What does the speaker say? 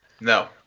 No